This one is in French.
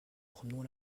promenons